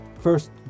first